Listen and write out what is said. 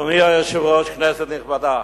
אדוני היושב-ראש, כנסת נכבדה,